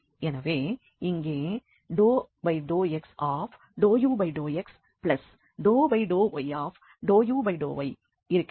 எனவே இங்கே ∂x∂u∂x∂y∂u∂y இருக்கிறது